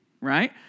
right